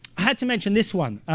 had to mention this one.